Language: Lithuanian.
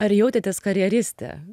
ar jautėtės karjeristė